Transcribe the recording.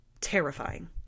terrifying